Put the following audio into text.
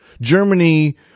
Germany